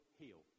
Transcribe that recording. heal